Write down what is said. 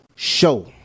show